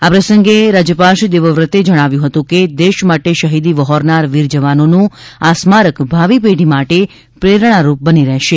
આ પ્રસંગે રાજ્યપાલ શ્રી દેવવ્રતે જણાવ્યું હતું કે દેશ માટે શફીદી વહોરનાર વીર જવાનોનું આ સ્મારક ભાવી પેઢી માટે પ્રેરણારૂપ બની રહેશે